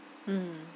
mm